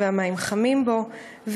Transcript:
והמים חמים בו,